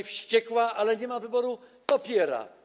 Jest wściekła, ale nie ma wyboru, popiera.